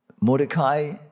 Mordecai